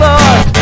Lord